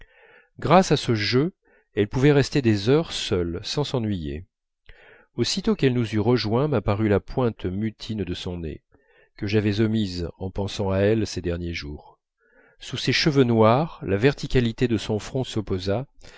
grâce à ce jeu elle pouvait rester des heures seule sans s'ennuyer aussitôt qu'elle nous eut rejoints m'apparut la pointe mutine de son nez que j'avais omise en pensant à elle ces derniers jours sous ses cheveux noirs la verticalité de son front s'opposa